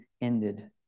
ended